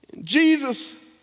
Jesus